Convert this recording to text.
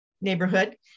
neighborhood